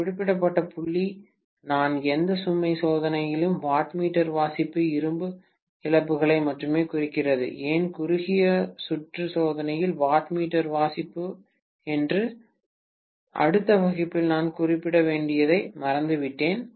ஒரு குறிப்பிட்ட புள்ளி நான் எந்த சுமை சோதனையிலும் வாட்மீட்டர் வாசிப்பு இரும்பு இழப்புகளை மட்டுமே குறிக்கிறது ஏன் குறுகிய சுற்று சோதனையில் வாட்மீட்டர் வாசிப்பு என்று அடுத்த வகுப்பில் நான் குறிப்பிட வேண்டியதை மறந்துவிட்டேன்